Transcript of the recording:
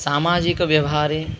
सामाजिकव्यवहारे